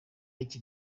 iki